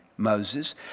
Moses